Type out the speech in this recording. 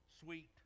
sweet